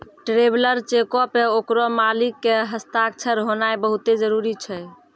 traveller चेको पे ओकरो मालिक के हस्ताक्षर होनाय बहुते जरुरी छै